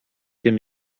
tym